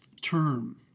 term